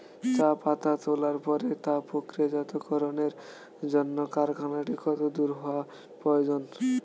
চা পাতা তোলার পরে তা প্রক্রিয়াজাতকরণের জন্য কারখানাটি কত দূর হওয়ার প্রয়োজন?